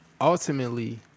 ultimately